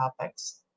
topics